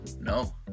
No